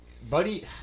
Buddy